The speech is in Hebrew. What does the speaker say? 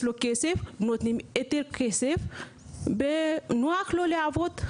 לו כסף נותנים לו יותר כסף ונוח לו לעבוד,